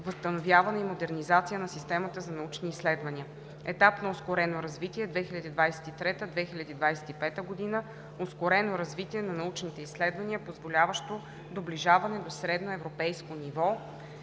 възстановяване и модернизация на системата за научни изследвания; - етап на ускорено развитие (2023 – 2025 г.) – ускорено развитие на научните изследвания, позволяващо доближаване до средно европейско ниво;